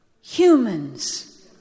humans